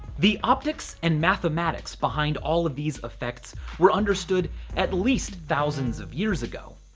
the optics and mathematics behind all of these effects were understood at least thousands of years ago.